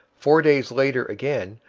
four days later again,